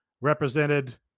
represented